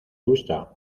gusta